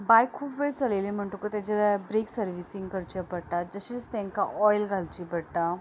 बायक खूब वेळ चलयली म्हणटकूत तेजे ब्रेक सरविसींग करचे पडटा तशेंच तेंकां ऑयल घालची पडटा